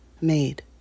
made